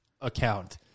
account